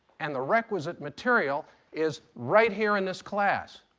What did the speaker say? and the requisite material is right here in this class.